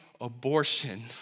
abortion